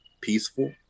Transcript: peaceful